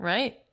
Right